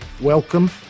welcome